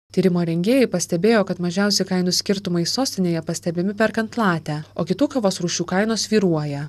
tyrimo rengėjai pastebėjo kad mažiausi kainų skirtumai sostinėje pastebimi perkant latę o kitų kavos rūšių kainos svyruoja